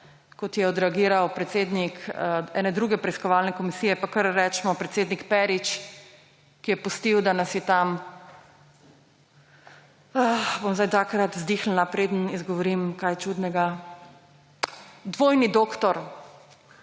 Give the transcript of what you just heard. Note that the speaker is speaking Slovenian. kot je odreagiral predsednik ene druge preiskovalne komisije, pa kar recimo – predsednik Perič, ki je pustil, da nas je tam …, bom zdaj dvakrat izdihnila, preden izgovorim kaj čudnega, dvojni doktor